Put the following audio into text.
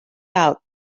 out